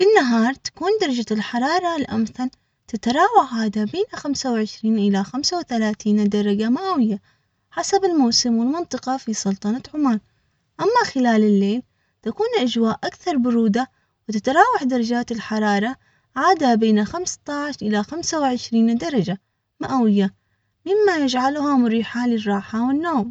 في النهار، تكون درجة الحرارة الأمثل تتراوح هذا بين خمسة وعشرين إلى خمسة وثلاثين درجة مئوية حسب الموسم والمنطقة في سلطنة عمان أما خلال الليل تكون أجواء أكثر برودة وتتراوح درجات الحرارة عادة بين خمسة عشر إلى خمسة وعشرين درجة.